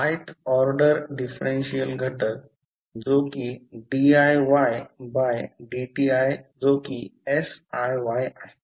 ith order differential घटक जो कि diY by dti जो कि siY आहे